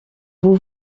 vous